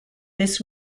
this